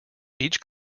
each